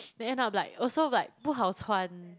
then end up like also like 不好穿